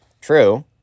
True